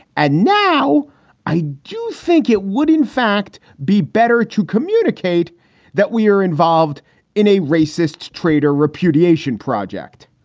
and now i do think it would, in fact, be better to communicate that we are involved in a racist traitor repudiation project.